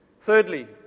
Thirdly